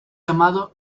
llamado